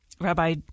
Rabbi